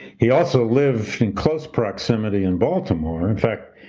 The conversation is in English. he also lived in close proximity in baltimore. in fact,